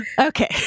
Okay